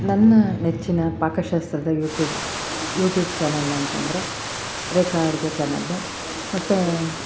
ನನ್ನ ನೆಚ್ಚಿನ ಪಾಕಶಾಸ್ತ್ರದ ಯೂಟ್ಯೂಬ್ ಯೂಟ್ಯೂಬ್ ಚಾನೆಲ್ ಅಂತಂದರೆ ರೇಖಾ ಅಡುಗೆ ಚಾನಲ್ಲು ಮತ್ತೇ